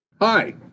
Hi